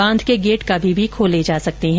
बांध के गेट कभी भी खोले जा सकते हैं